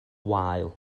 wael